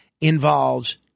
involves